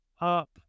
up